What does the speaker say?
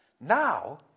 Now